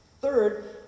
Third